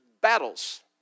battles